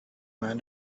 man